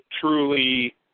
truly